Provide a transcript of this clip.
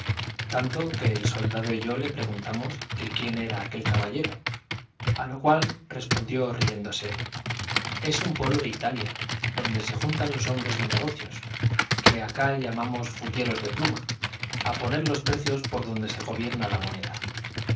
tanto que el soldado y yo le preguntamos que quién era aquel caballero a lo cual respondió riéndose es un pueblo de italia donde se juntan los hombres de negocios que acá llamamos fulleros de pluma a poner los precios por donde se gobierna la moneda